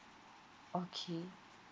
okay